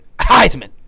Heisman